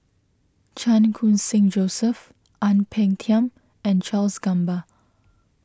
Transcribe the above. Chan Khun Sing Joseph Ang Peng Tiam and Charles Gamba